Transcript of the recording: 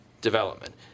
development